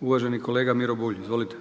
uvaženi kolega Miro Bulj, izvolite.